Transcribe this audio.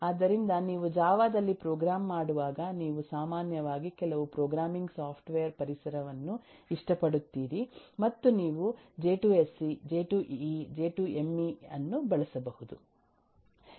ಆದ್ದರಿಂದ ನೀವು ಜಾವಾ ದಲ್ಲಿ ಪ್ರೋಗ್ರಾಂ ಮಾಡುವಾಗ ನೀವು ಸಾಮಾನ್ಯವಾಗಿ ಕೆಲವು ಪ್ರೋಗ್ರಾಮಿಂಗ್ ಸಾಫ್ಟ್ವೇರ್ ಪರಿಸರವನ್ನು ಇಷ್ಟಪಡುತ್ತೀರಿ ಮತ್ತು ನೀವು ಜೆ2ಎಸ್ಇ ಜೆ2ಇಇ ಜೆ2ಎಮ್ಇ ಅನ್ನು ಬಳಸಬಹುದು